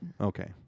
Okay